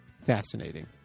fascinating